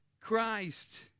Christ